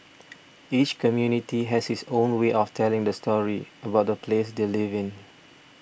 each community has its own way of telling the story about the place they live in